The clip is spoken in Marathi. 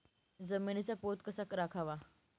जमिनीचा पोत कसा राखावा?